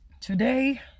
Today